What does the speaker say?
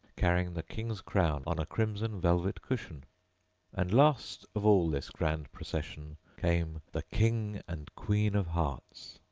carrying the king's crown on a crimson velvet cushion and, last of all this grand procession, came the king and queen of hearts.